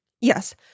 Yes